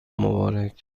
مبارک